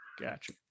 gotcha